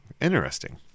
interesting